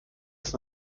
ist